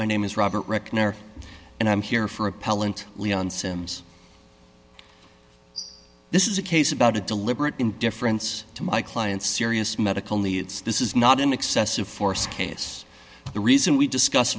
my name is robert reich and i'm here for appellant leon simms this is a case about a deliberate indifference to my client's serious medical needs this is not an excessive force case the reason we discuss